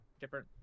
different